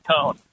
cone